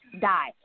die